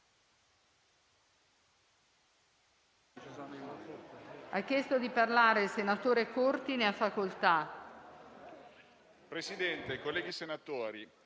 Presidente, colleghi senatori,